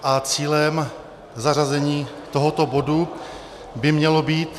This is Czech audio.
A cílem zařazení tohoto bodu by mělo být...